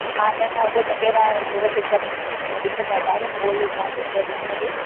हा न न उहो त पहिरियों व्यवस्थित करे ॾि मन ॾिसंदा ॿार पोइ तव्हांखे ऑडर ॾींदासीं